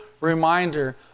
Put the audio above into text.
reminder